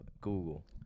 Google